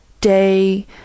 day